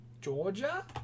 Georgia